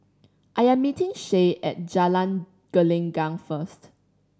I am meeting Shay at Jalan Gelenggang first